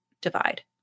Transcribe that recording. divide